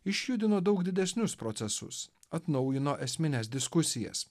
išjudino daug didesnius procesus atnaujino esmines diskusijas